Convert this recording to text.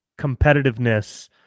competitiveness